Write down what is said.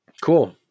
cool